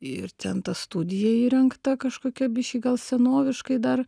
ir ten ta studija įrengta kažkokia biškį gal senoviškai dar